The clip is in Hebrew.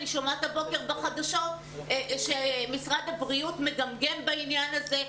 אני שומעת הבוקר בחדשות שמשרד הבריאות מגמגם בעניין הזה.